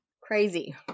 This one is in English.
Crazy